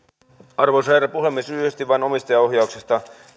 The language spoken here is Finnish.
arvoisa herra puhemies lyhyesti vain omistajaohjauksesta